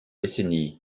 décennies